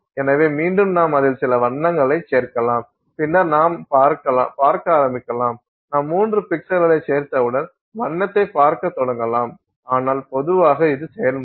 எனவே மீண்டும் நாம் அதில் சில வண்ணங்களைச் சேர்க்கலாம் பின்னர் நாம் பார்க்க ஆரம்பிக்கலாம் நாம் 3 பிக்சல்களைச் சேர்த்தவுடன் வண்ணத்தைப் பார்க்கத் தொடங்கலாம் ஆனால் பொதுவாக இது செயல்முறை